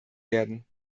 werden